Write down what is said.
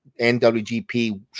NWGP